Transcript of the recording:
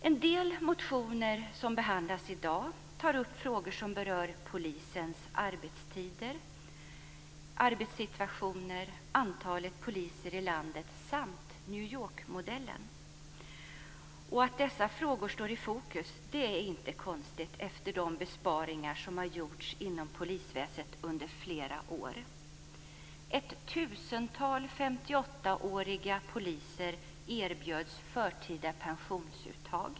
En del motioner som behandlas i dag tar upp frågor som berör polisens arbetstider, arbetssituation, antalet poliser i landet samt New York-modellen. Att dessa frågor står i fokus är inte konstigt efter de besparingar som gjorts inom polisväsendet under flera år. Ett tusental 58-åriga poliser erbjöds förtida pensionsuttag.